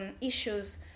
issues